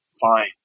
fine